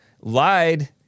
lied